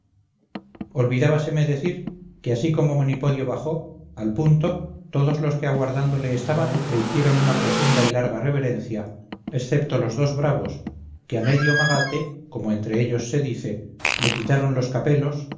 monipodio olvidábaseme de decir que así como monipodio bajó al punto todos los que aguardándole estaban le hicieron una profunda y larga reverencia excepto los dos bravos que a medio magate como entre ellos se dice le quitaron los capelos